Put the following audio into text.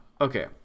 okay